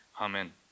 amen